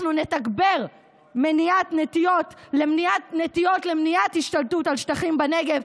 אנחנו נתגבר נטיעות למניעת השתלטות על שטחים בנגב,